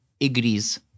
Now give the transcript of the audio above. agrees